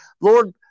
Lord